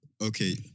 okay